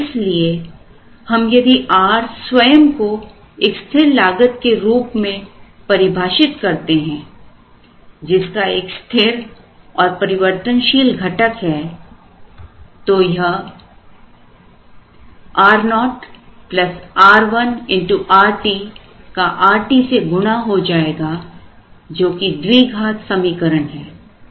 इसलिए हम यदि rस्वयं को एक स्थिर लागत के रूप में परिभाषित करते हैं जिसका एक स्थिर और परिवर्तनशील घटक है तो यह r0 r1 Rt का Rt से गुणा हो जाएगा जो कि द्विघात समीकरण है